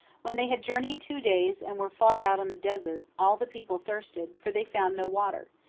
when they had journeyed two days and were far out on the desert, all the people thirsted, for they found no water,